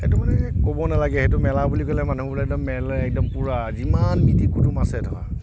সেইটো মানে ক'ব নালাগে সেইটো মেলা বুলি ক'লে মানুহবোৰে একদম মেলে একদম পুৰা যিমান মিতিৰ কুটুম আছে ধৰক